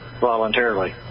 voluntarily